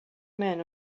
men